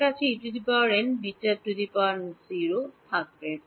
আমার কাছে থাকবে